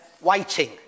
waiting